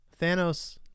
thanos